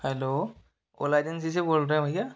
hello Ola agency से बोल रहें भैया